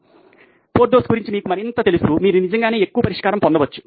కాబట్టి పోర్థోస్ గురించి మీకు మరింత తెలుసు మీరు నిజంగానే ఎక్కువ పరిష్కారం పొందవచ్చు